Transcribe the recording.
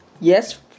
yes